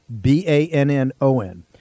B-A-N-N-O-N